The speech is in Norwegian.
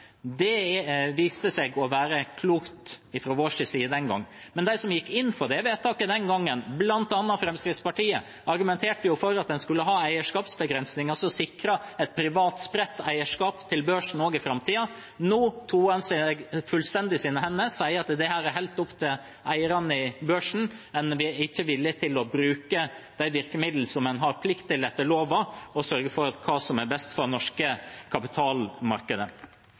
viste seg å være klokt fra vår side, den gangen. Men de som gikk inn for det vedtaket den gangen, bl.a. Fremskrittspartiet, argumenterte for at en skulle ha eierskapsbegrensinger som sikret et privat spredt eierskap til børsen også i framtiden. Nå toer en sine hender fullstendig og sier at dette er helt opp til eierne i børsen, en er ikke villig til å bruke de virkemidlene som en har plikt til etter loven, for å sørge for det som er best for det norske kapitalmarkedet.